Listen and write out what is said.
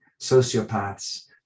sociopaths